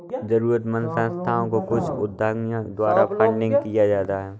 जरूरतमन्द संस्थाओं को कुछ उद्यमियों के द्वारा फंडिंग किया जाता है